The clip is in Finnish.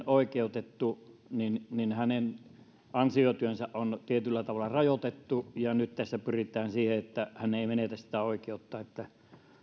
oikeutettu niin niin hänen ansiotyönsä on tietyllä tavalla rajoitettua ja nyt tässä pyritään siihen että hän ei menetä sitä oikeutta että